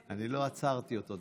שתי דקות אני לא עצרתי אותו.